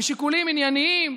משיקולים ענייניים,